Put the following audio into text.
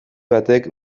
batek